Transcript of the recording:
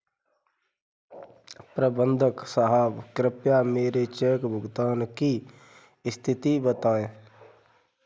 प्रबंधक साहब कृपया मेरे चेक भुगतान की स्थिति बताएं